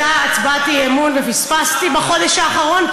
הייתה הצבעת אי-אמון ופספסתי בחודש האחרון?